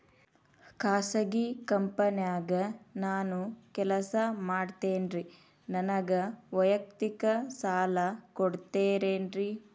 ಖಾಸಗಿ ಕಂಪನ್ಯಾಗ ನಾನು ಕೆಲಸ ಮಾಡ್ತೇನ್ರಿ, ನನಗ ವೈಯಕ್ತಿಕ ಸಾಲ ಕೊಡ್ತೇರೇನ್ರಿ?